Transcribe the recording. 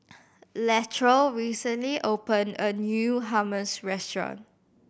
Latrell recently opened a new Hummus Restaurant